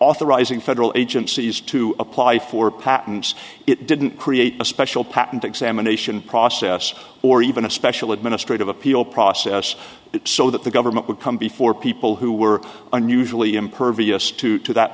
authorizing federal agencies to apply for patents it didn't create a special patent examination process or even a special administrative appeal process it so that the government would come before people who were unusually impervious to do that